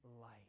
life